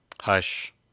Hush